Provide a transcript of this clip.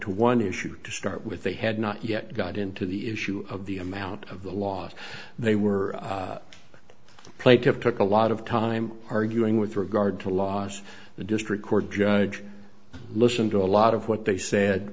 to one issue to start with they had not yet got into the issue of the amount of the law they were played have took a lot of time arguing with regard to laws the district court judge listen to a lot of what they said